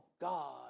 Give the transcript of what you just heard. God